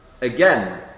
again